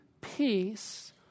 peace